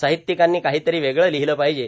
साहित्यिकांनी काहीतरी वेगळं लिहिलं पाहिजे